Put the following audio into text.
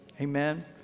Amen